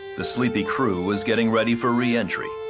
the sleepy crew was getting ready for reentry.